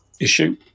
issue